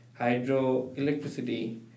hydroelectricity